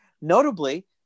notably